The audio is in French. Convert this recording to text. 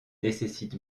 nécessite